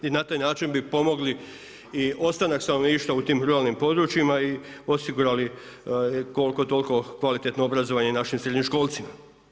I na taj način bi pomogli i ostanak stanovništva u tim ruralnim područjima i osigurali koliko toliko kvalitetno obrazovanje našim srednjoškolcima.